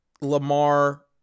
Lamar